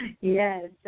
Yes